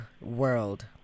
world